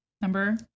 Number